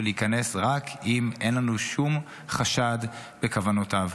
להיכנס רק אם אין לנו שום חשד בכוונותיו.